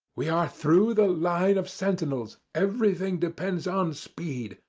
we are through the line of sentinels. everything depends on speed.